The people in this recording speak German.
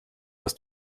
das